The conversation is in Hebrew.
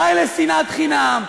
די לשנאת חינם.